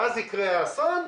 ואז יקרה האסון,